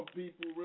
people